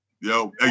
Yo